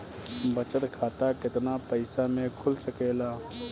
बचत खाता केतना पइसा मे खुल सकेला?